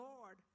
Lord